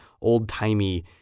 old-timey